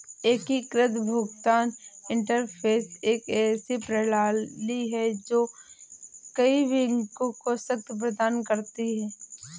एकीकृत भुगतान इंटरफ़ेस एक ऐसी प्रणाली है जो कई बैंकों को शक्ति प्रदान करती है